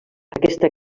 aquesta